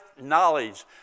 knowledge